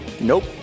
Nope